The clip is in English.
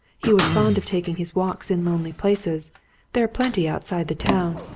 he was fond of taking his walks in lonely places there are plenty outside the town.